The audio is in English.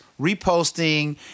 reposting